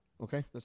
Okay